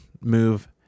move